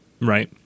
right